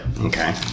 Okay